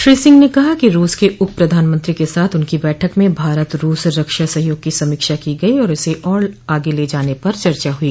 श्री सिंह ने कहा कि रूस के उप प्रधानमंत्री के साथ उनकी बैठक में भारत रूस रक्षा सहयोग की समीक्षा की गई और इसे और आगे ले जाने पर चर्चा हुई